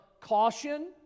caution